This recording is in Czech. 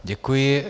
Děkuji.